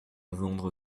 vendre